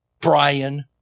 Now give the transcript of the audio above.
brian